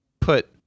put